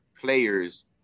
players